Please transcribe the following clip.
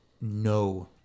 no